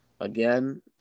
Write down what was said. Again